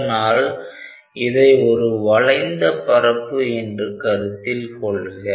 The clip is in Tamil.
அதனால் இதை ஒரு வளைந்த பரப்பு என்று கருத்தில் கொள்க